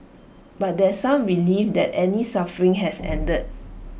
but there some relief that Annie's suffering has ended